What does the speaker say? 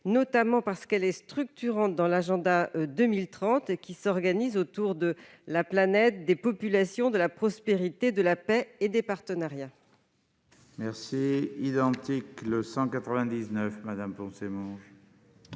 « paix », laquelle est structurante dans l'Agenda 2030, qui s'organise autour de la planète, des populations, de la prospérité, de la paix et des partenariats.